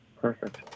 Perfect